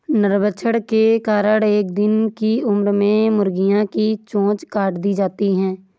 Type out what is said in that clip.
नरभक्षण के कारण एक दिन की उम्र में मुर्गियां की चोंच काट दी जाती हैं